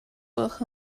gwelwch